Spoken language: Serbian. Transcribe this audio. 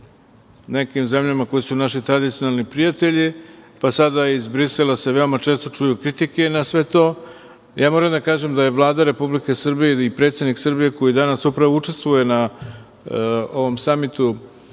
nekim zemljama koje su naši tradicionalni prijatelji, pa sada iz Brisela se veoma često čuju kritike na sve to. Moram da kažem da je Vlada Republike Srbije i predsednik Srbije koji danas upravo učestvuje na samitu